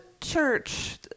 church